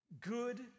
Good